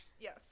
Yes